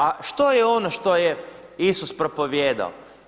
A što je ono što je Isus propovijedao?